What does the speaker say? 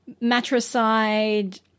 matricide